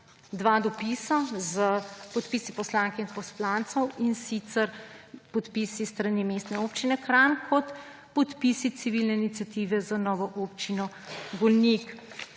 dva dopisa s podpisi poslank in poslancev, in sicer podpisi s strani Mestne občine Kranj kot podpisi civilne iniciative za novo Občino Golnik.